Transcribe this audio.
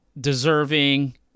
deserving